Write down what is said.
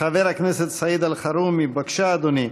חבר הכנסת סעיד אלחרומי, בבקשה, אדוני.